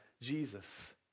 Jesus